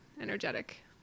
energetic